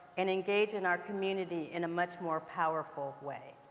and engage in our community in a much more powerful way.